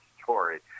story